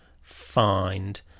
find